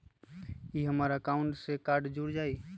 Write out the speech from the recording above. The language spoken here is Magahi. ई हमर अकाउंट से कार्ड जुर जाई?